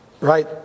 right